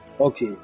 okay